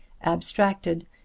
abstracted